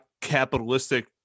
capitalistic